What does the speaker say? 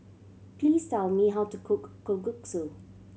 please tell me how to cook Kalguksu